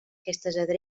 determinades